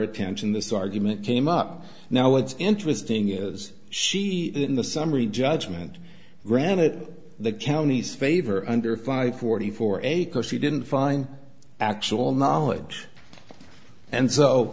pension this argument came up now what's interesting is she in the summary judgment granted the county's favor under five forty four acres she didn't find actual knowledge and so